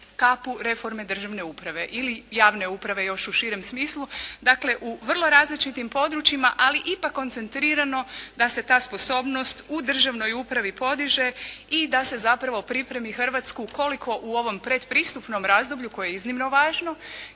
kapu reforme državne uprave ili javne uprave još u širem smislu. Dakle, u vrlo različitim područjima ali ipak koncentrirano da se ta sposobnost u državnoj upravi podiže i da se zapravo pripremi Hrvatsku koliko u ovom predpristupnom razdoblju koje je iznimno važno,